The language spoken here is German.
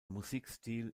musikstil